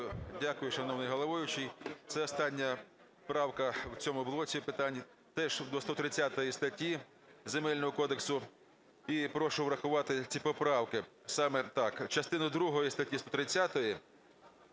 Дякую, шановний головуючий. Це остання правка в цьому блоці питань теж до 130 статті Земельного кодексу. І прошу врахувати ці поправки саме так: "Частину другу статті 130